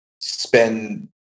spend